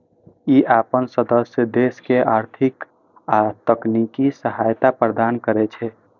ई अपन सदस्य देश के आर्थिक आ तकनीकी सहायता प्रदान करै छै